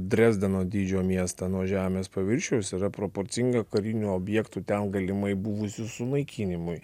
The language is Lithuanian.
drezdeno dydžio miestą nuo žemės paviršiaus yra proporcinga karinių objektų ten galimai buvusių sunaikinimui